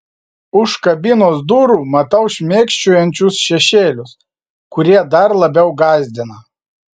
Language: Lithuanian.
už kabinos durų matau šmėkščiojančius šešėlius kurie dar labiau gąsdina